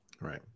Right